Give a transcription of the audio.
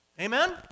Amen